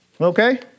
Okay